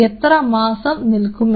എത്ര മാസം നിൽക്കുമെന്ന്